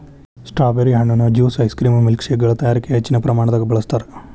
strawberry ಹಣ್ಣುನ juice ice cream ಮಿಲ್ಕ್ಶೇಕಗಳ ತಯಾರಿಕ ಹೆಚ್ಚಿನ ಪ್ರಮಾಣದಾಗ ಬಳಸ್ತಾರ್